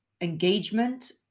engagement